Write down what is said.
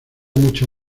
mucho